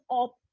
up